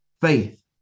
faith